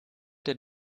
der